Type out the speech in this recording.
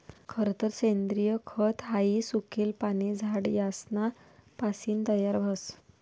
खरतर सेंद्रिय खत हाई सुकेल पाने, झाड यासना पासीन तयार व्हस